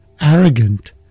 arrogant